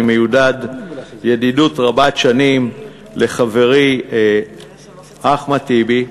אני מיודד ידידות רבת שנים עם חברי אחמד טיבי,